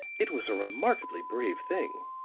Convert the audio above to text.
it was a remarkably brave thing!